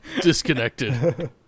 disconnected